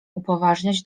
upoważniać